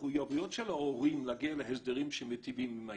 המחויבות של ההורים להגיע להסדרים שמטיבים עם הילד.